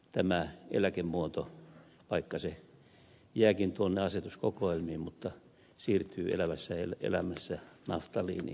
tämä eläkemuoto vaikka se jääkin tuonne asetuskokoelmiin siirtyy elävässä elämässä naftaliiniin